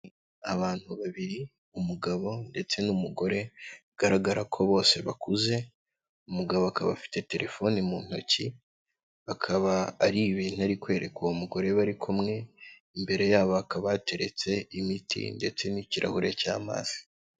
Abantu babiri umugabo ndetse n'umugore bigaragara ko bose bakuze, umugabo akaba afite telefoni mu ntoki akaba ari ibintu ari kwereka uwo mugore bari kumwe, imbere yabo hakaba hateretse imiti ndetse n'ikirahure cy'amazi.